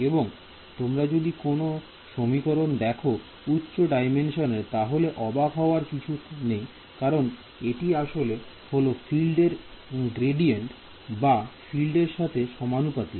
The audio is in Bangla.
এবং তোমরা যদি কোন সমীকরণ দেখো উচ্চ ডাইমেনশনের তাহলে অবাক হওয়ার কিছু নেই কারণ এটি আসলে হল ফিল্ডের গ্রেডিয়েন্ট যা ফিল্ডের সাথে সমানুপাতিক